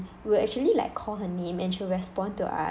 we actually like call her name and she'll respond to us